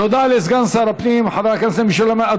תודה לסגן שר הפנים, חבר הכנסת משולם נהרי.